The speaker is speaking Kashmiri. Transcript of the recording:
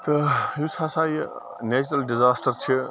تہٕ یُس ہسا یہِ نیچرَل ڈِزاسٹر چھُ